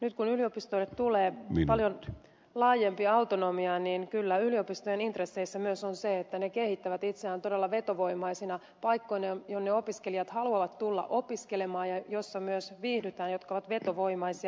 nyt kun yliopistoille tulee paljon laajempi autonomia niin kyllä yliopistojen intresseissä myös on se että ne kehittävät itseään todella vetovoimaisina paikkoina joihin opiskelijat haluavat tulla opiskelemaan joissa myös viihdytään ja jotka ovat vetovoimaisia